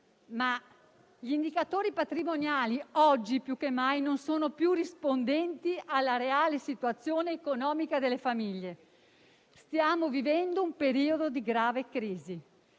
gli indicatori patrimoniali, oggi più che mai, non sono più rispondenti alla reale situazione economica delle famiglie. Stiamo vivendo un periodo di grave crisi,